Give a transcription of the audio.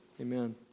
Amen